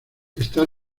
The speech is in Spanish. está